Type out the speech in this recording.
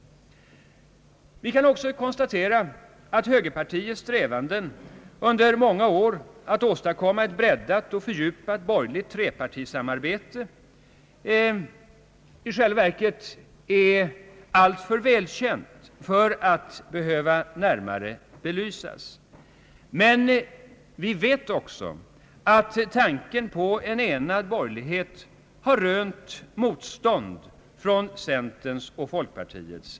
Vi kan också konstatera att högerpartiets strävanden under många år att åstadkomma ett breddat och fördjupat borgerligt trepartisamarbete i själva verket är alltför välkänt för att behöva närmare belysas. Men vi vet också att tanken på en enad borgerlighet har rönt motstånd från centern och folkpartiet.